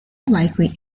likely